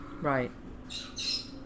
Right